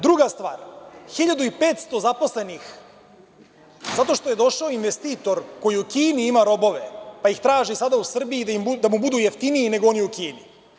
Druga stvar, 1.500 zaposlenih zato što je došao investitor koji u Kini ima robove, pa ih traži sada u Srbiji da mu budu jeftiniji nego oni u Kini.